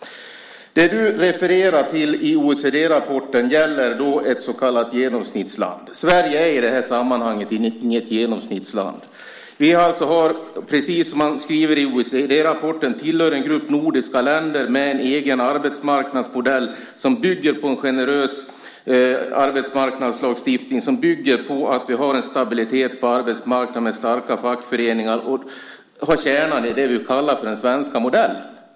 Det som du, Sven Otto Littorin, refererar till i OECD-rapporten gäller ett så kallat genomsnittsland. Sverige är i det här sammanhanget inget genomsnittsland. Vi tillhör, precis som man skriver i OECD-rapporten, en grupp nordiska länder med en egen arbetsmarknadsmodell som bygger på en generös arbetsmarknadslagstiftning och på att vi har en stabilitet på arbetsmarknaden med starka fackföreningar. Det är kärnan i det som vi kallar den svenska modellen.